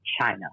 China